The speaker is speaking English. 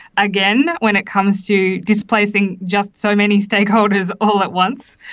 again, when it comes to displacing just so many stakeholders all at once,